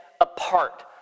apart